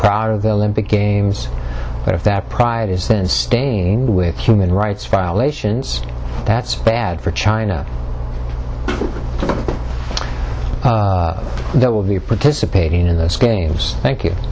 proud of the olympic games but if that pride is staying with human rights violations that's bad for china there will be participating in those games tha